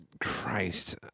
Christ